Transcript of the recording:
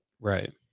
Right